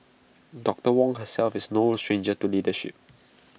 doctor Wong herself is no stranger to leadership